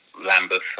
Lambeth